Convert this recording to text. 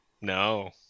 no